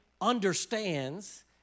understands